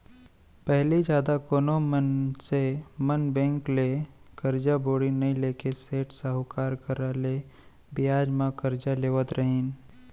पहिली जादा कोनो मनसे मन बेंक ले करजा बोड़ी नइ लेके सेठ साहूकार करा ले बियाज म करजा लेवत रहिन हें